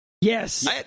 yes